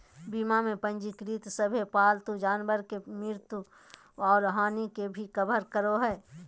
बीमा में पंजीकृत सभे पालतू जानवर के मृत्यु और हानि के भी कवर करो हइ